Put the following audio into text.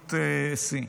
במהירות שיא.